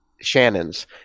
Shannon's